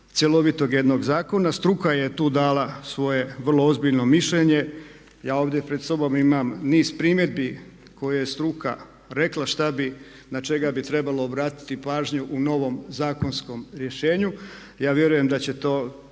cjelovitog jednog zakona. Struka je tu dala svoje vrlo ozbiljno mišljenje. Ja ovdje pred sobom imam niz primjedbi koje je struka rekla šta bi na čega bi trebalo obratiti pažnju u novom zakonskom rješenju. Ja vjerujem da će to,